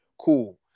cool